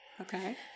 Okay